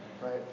right